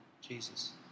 Jesus